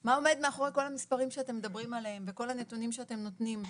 מה עומד מאחורי כל המספרים שאתם מדברים עליהם וכל הנתונים שאתם נותנים.